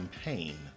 pain